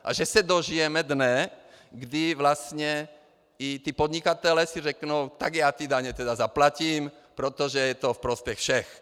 A že se dožijeme dne, kdy vlastně i ti podnikatelé si řeknou: Tak já ty daně tedy zaplatím, protože je to ve prospěch všech.